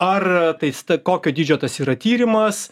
ar tais tai kokio dydžio tas yra tyrimas